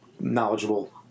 knowledgeable